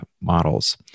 models